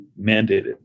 mandated